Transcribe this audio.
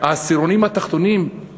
שהעשירונים התחתונים,